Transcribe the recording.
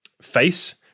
face